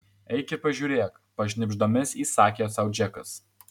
eik ir pažiūrėk pašnibždomis įsakė sau džekas